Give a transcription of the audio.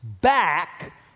back